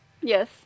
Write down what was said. Yes